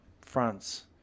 France